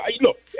Look